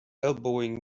elbowing